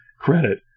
credit